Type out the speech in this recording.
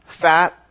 fat